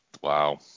Wow